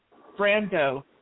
brando